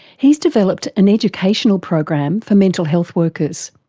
he's developed an educational program for mental health workers,